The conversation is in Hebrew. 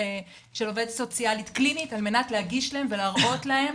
עובדת סוציאלית קלינית על מנת להגיש להם ולהראות להם,